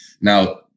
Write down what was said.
Now